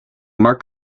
mark